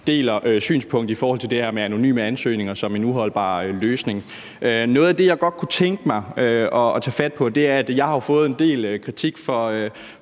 deler synspunkt i forhold til det her med anonyme ansøgninger som en uholdbar løsning. Noget af det, jeg godt kunne tænke mig at tage fat på, er, at jeg jo har fået en del kritik for